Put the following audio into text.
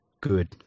Good